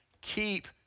Keep